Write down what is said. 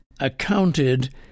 accounted